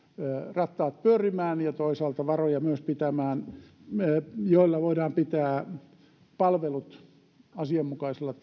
rattaat pyörimään ja toisaalta myös varoja joilla voidaan pitää palvelut asianmukaisella